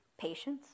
patience